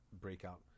breakout